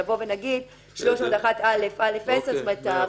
שנבוא ונגיד: --- זאת אומרת,